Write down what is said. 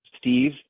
Steve